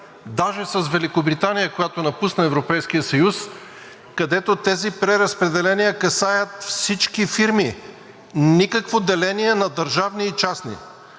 даже с Великобритания, която напусна Европейския съюз, където тези преразпределения касаят всички фирми. Никакво деление на държавни и частни.